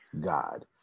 God